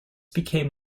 became